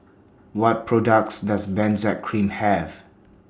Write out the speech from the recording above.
What products Does Benzac Cream Have